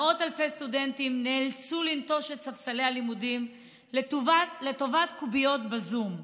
מאות אלפי סטודנטים נאלצו לנטוש את ספסלי הלימודים לטובת קוביות בזום.